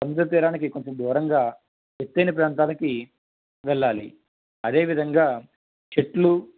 సముద్ర ప్రాంతానికి కొంచెం దూరంగా ఎత్తైన ప్రాంతానికి వెళ్లాలి అదే విధంగా చెట్లు